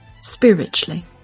spiritually